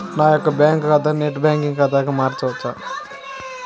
నా యొక్క బ్యాంకు ఖాతాని నెట్ బ్యాంకింగ్ ఖాతాగా మార్చవచ్చా?